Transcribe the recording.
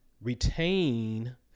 retain